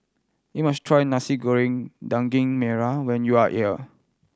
you must try Nasi Goreng Daging Merah when you are here